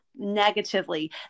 negatively